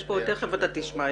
תכף אתה תשמע,